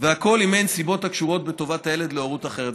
והכול אם אין סיבות הקשורות בטובת הילד להורות אחרת.